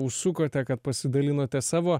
užsukote kad pasidalinote savo